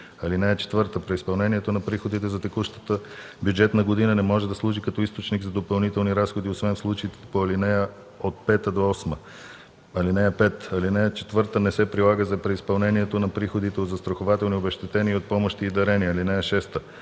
разходите. (4) Преизпълнението на приходите за текущата бюджетна година не може да служи като източник за допълнителни разходи освен в случаите по ал. 5-8. (5) Алинея 4 не се прилага за преизпълнението на приходите от застрахователни обезщетения и от помощи и дарения. (6) Алинея 4